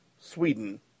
Sweden